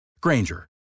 Granger